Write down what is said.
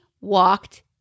walked